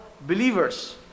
believers